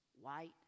white